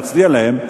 להצדיע להם,